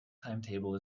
timetable